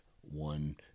one